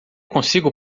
consigo